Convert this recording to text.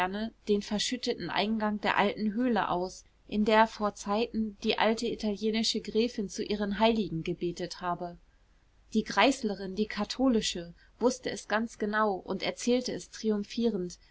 den verschütteten eingang der alten höhle aus in der vor zeiten die alte italienische gräfin zu ihren heiligen gebetet habe die greislerin die katholische wußte es ganz genau und erzählte es trumphierend